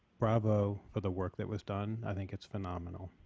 bravo for the work that was done, i think it's phenomenal.